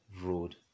road